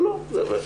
או לא.